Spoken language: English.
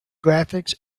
graphics